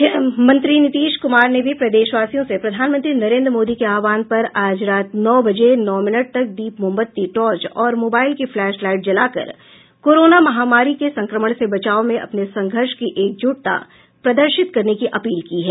मुख्यमंत्री नीतीश कुमार ने भी प्रदेशवासियों से प्रधानमंत्री नरेंद्र मोदी के आहवान पर आज रात नौ बजे नौ मिनट तक दीप मोमबत्ती टॉर्च और मोबाईल की फ्लैस लाईट जलाकर कोरोना महामारी के संक्रमण से बचाव में अपने संघर्ष की एकजुटता प्रदर्शित करने की अपील की है